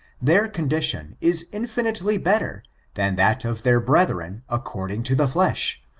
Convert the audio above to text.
their condition is infinitely better than that of their brethren according to the flesh,